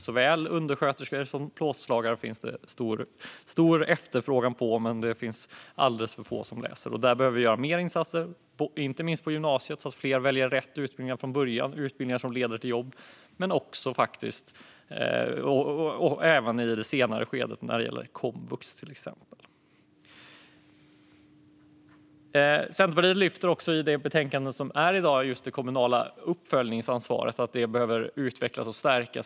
Det finns stor efterfrågan på såväl undersköterskor som plåtslagare, men det finns alldeles för få som läser. Där behöver vi göra mer insatser, inte minst på gymnasiet, så att fler väljer rätt utbildningar från början, utbildningar som leder till jobb, även i det senare skedet när det gäller till exempel komvux. Centerpartiet lyfter i betänkandet även fram att det kommunala uppföljningsansvaret behöver utvecklas och stärkas.